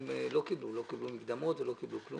אנשים לא קיבלו מקדמות ולא קיבלו כלום.